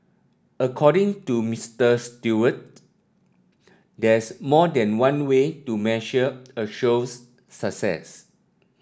according to Mister Stewart there's more than one way to measure a show's success